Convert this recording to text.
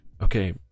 okay